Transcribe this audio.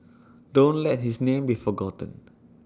don't let his name be forgotten